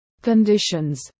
conditions